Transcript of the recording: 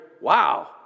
wow